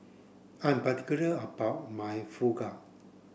I'm particular about my Fugu